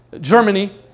Germany